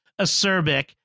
acerbic